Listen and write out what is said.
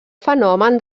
fenomen